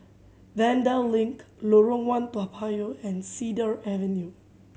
Vanda Link Lorong One Toa Payoh and Cedar Avenue